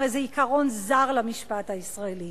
הרי זה עיקרון זר למשפט הישראלי.